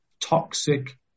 toxic